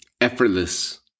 effortless